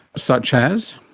such as?